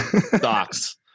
stocks